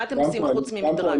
מה אתם עושים חוץ ממדרג?